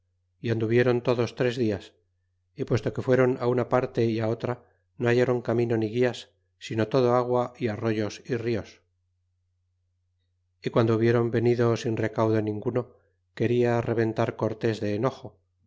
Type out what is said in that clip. y anduvieron todos tres dias y puesto que fuéron una parte y otra no hallaron camino ni guias sino todo agua y arroyos y dos y quando hubiéron venido sin recaudo ninguno queda rebentar cortés de enojo